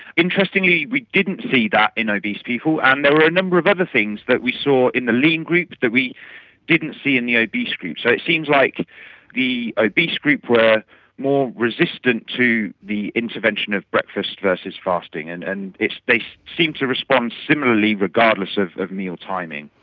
interestingly we didn't see that in obese people, and there were a number of other things that we saw in the lean group that we didn't see in the obese group. so it seems like the obese group were more resistant to the intervention of breakfast versus fasting. and and they seemed to respond similarly regardless of of meal timing.